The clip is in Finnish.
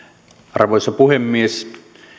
arvoisa puhemies